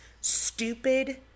stupid